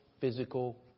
physical